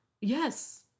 Yes